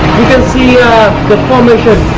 you can see the formation